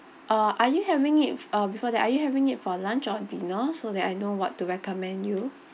uh are you having it uh before that are you having it for lunch or dinner so that I know what to recommend you